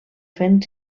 fent